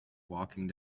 walking